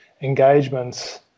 engagements